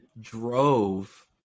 drove